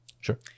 Sure